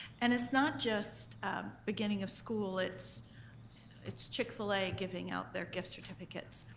and it's not just beginning of school, it's it's chick-fil-a giving out their gift certificates,